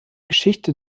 geschichte